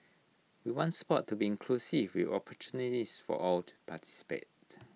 we want Sport to be inclusive with opportunities for all to participate